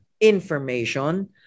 information